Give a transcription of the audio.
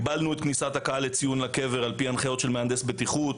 הגבלנו את כניסת הקהל לציון הקבר על פי הנחיות של מהנדס בטיחות.